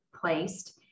placed